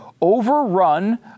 overrun